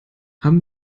haben